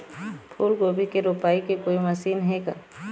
फूलगोभी के रोपाई के कोई मशीन हे का?